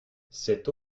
cette